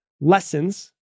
lessons